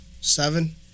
Seven